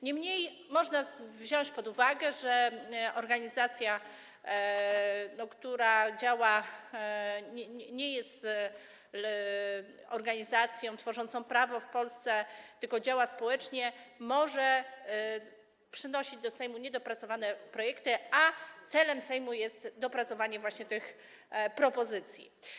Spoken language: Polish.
Niemniej można wziąć pod uwagę, że organizacja ta nie jest organizacją tworzącą prawo w Polsce, tylko działa społecznie, może przynosić do Sejmu niedopracowane projekty, a celem Sejmu jest dopracowanie tych propozycji.